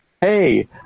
hey